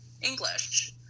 English